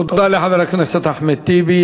תודה לחבר הכנסת אחמד טיבי.